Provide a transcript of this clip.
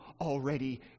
already